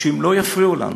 שאם לא יפריעו לנו,